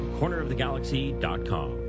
cornerofthegalaxy.com